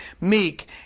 meek